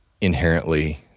inherently